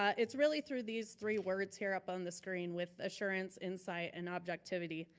ah it's really through these three words here up on the screen with assurance, insight, and objectivity.